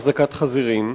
החזקת חזירים).